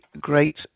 great